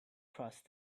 crossed